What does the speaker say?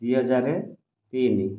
ଦୁଇ ହଜାରେ ତିନି